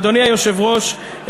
אדוני היושב-ראש,